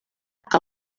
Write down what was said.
que